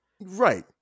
Right